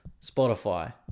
Spotify